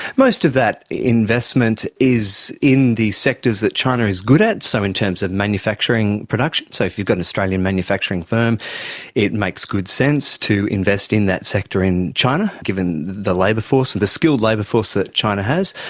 most of that investment is in the sectors that china is good at. so in terms of manufacturing production, so if you've got an australian manufacturing firm it makes good sense to invest in that sector in china, given the labour force, the skilled labour force that china has.